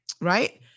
right